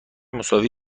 مساوی